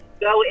go